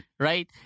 right